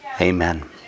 Amen